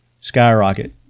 skyrocket